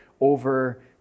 over